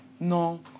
non